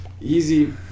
Easy